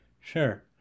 sure